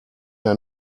der